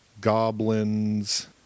goblins